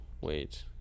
wait